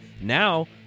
now